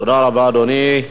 תודה רבה, אדוני.